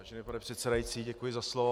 Vážený pane předsedající, děkuji za slovo.